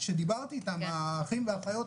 למה הוא לא